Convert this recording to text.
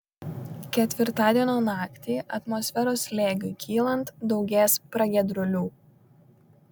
ketvirtadienio naktį atmosferos slėgiui kylant daugės pragiedrulių